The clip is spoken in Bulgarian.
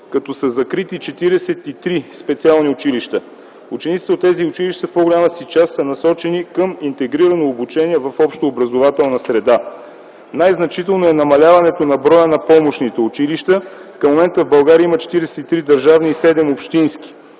като са закрити 43 специални училища. Учениците от тези училища в по-голямата си част са насочени към интегрирано обучение в общообразователна среда. Най-значително е намаляването на броя на помощните училища. Към момента в България има 43 държавни и 7 общински.